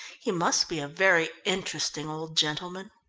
he must be a very interesting old gentleman.